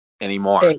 anymore